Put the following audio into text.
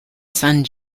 son